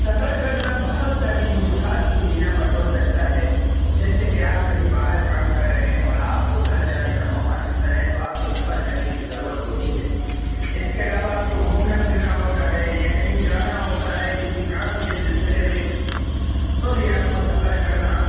سفر کرنا بہت ساری وجوہات کے بنا پر ہو سکتا ہے جیسے کہ آپ کہیں باہر کام کر رہے ہوں اور آپ کو گھر جانے کا موقع ملتا ہے تو آپ کو سفر کرنے کی ضرورت ہوتی ہے اس کے علاوہ آپ کو گھومنا پھرنا ہوتا ہے یا کہیں جانا ہوتا ہے کسی کام کے سلسلے میں تو بھی آپ کو سفر کرنا